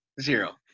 Zero